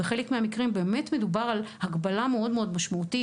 ובחלק מהמקרים באמת מדובר על הגבלה מאוד משמעותית,